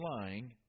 lying